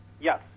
Yes